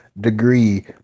Degree